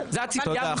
זאת התפיסה המוסרית שלי.